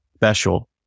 Special